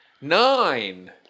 Nine